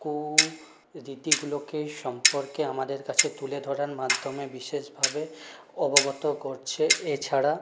কু রীতিগুলোকে সম্পর্কে আমাদের কাছে তুলে ধরার মাধ্যমে বিশেষভাবে অবগত করছে এ ছাড়া